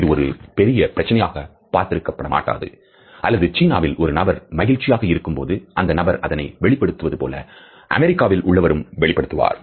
இது ஒரு பெரிய பிரச்சனையாக பார்த்திருக்க பட மாட்டாது அல்லது சீனாவில் ஒரு நபர் மகிழ்ச்சியாக இருக்கும்போது அந்த நபர் அதனை வெளிப்படுத்துவது போல அமெரிக்காவில் உள்ளவரும் வெளிப்படுத்துவார்